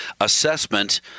Assessment